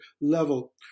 level